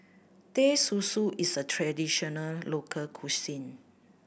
Teh Susu is a traditional local cuisine